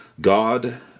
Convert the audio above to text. God